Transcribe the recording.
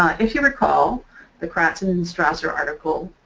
if you recall the kratz and and strasser article